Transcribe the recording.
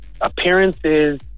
appearances